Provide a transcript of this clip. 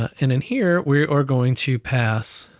and in here we are going to pass